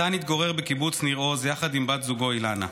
מתן התגורר בקיבוץ ניר עוז עם בת זוגו אילנה.